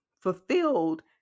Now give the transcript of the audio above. fulfilled